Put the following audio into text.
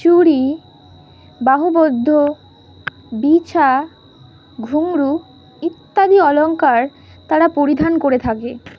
চুরি বাহুবদ্ধ বিছা ঘুংড়ু ইত্যাদি অলঙ্কার তারা পরিধান করে থাকে